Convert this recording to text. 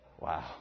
Wow